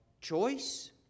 choice